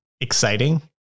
exciting